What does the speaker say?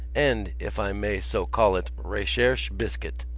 and, if i may so call it, recherche biscuit!